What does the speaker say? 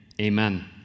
Amen